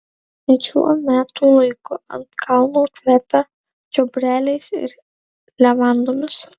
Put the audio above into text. net šiuo metų laiku ant kalno kvepia čiobreliais ir levandomis